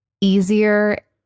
easier